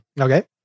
Okay